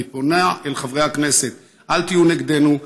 אני פונה אל חברי הכנסת: אל תהיו נגדנו,